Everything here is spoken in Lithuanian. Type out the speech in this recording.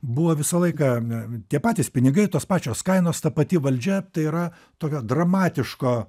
buvo visą laiką tie patys pinigai tos pačios kainos ta pati valdžia tai yra tokio dramatiško